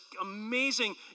amazing